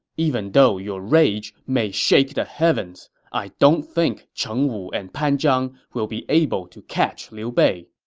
even though your rage may shake the heavens, i don't think cheng wu and pan zhang will be able to catch liu bei.